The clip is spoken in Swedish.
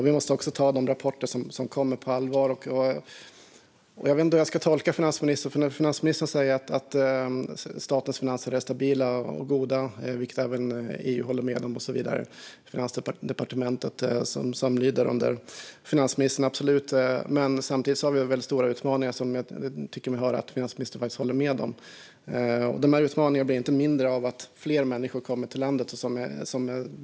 Vi måste ta de rapporter som kommer på allvar. Jag vet inte hur jag ska tolka finansministern. Hon säger att statens finanser är stabila och goda, vilket även bland annat EU håller med om liksom Finansdepartementet, som lyder under finansministern. Samtidigt har vi väldigt stora utmaningar, vilket jag tycker mig höra finansministern hålla med om. Dessa utmaningar blir inte mindre av att fler människor kommer till vårt land.